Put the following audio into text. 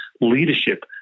leadership